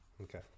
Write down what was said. Okay